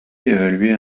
évalué